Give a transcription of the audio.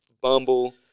Bumble